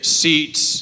seats